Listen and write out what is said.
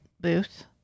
booth